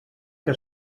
que